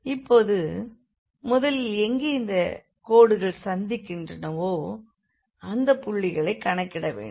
இப்போது முதலில் எங்கே இந்தக் கோடுகள் சந்திக்கின்றனவோ அந்தப் புள்ளிகளைக் கணக்கிட வேண்டும்